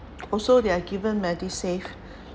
also they are given MediSave